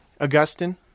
Augustine